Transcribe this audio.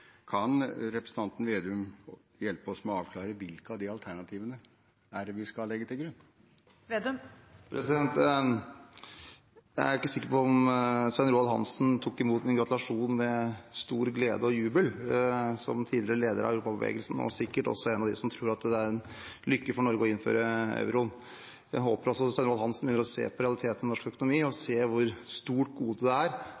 Kan representanten Vedum hjelpe oss med å avklare hvilket av de alternativene vi skal legge til grunn? Jeg er ikke sikker på om Svein Roald Hansen tok imot min gratulasjon med stor glede og jubel, som tidligere leder av Europabevegelsen og sikkert en av dem som tror det er en lykke for Norge å innføre euroen. Jeg håper også Svein Roald Hansen ser på realiteten i norsk økonomi og ser hvor stort gode det er